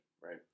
right